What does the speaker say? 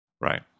right